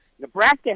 Nebraska